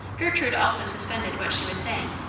gertrude also suspended what she was saying,